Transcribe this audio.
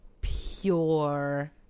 pure